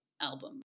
album